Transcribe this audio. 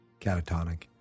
catatonic